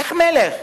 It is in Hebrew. איך מלך,